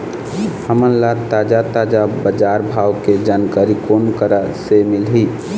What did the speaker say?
हमन ला ताजा ताजा बजार भाव के जानकारी कोन करा से मिलही?